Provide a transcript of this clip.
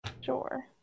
Sure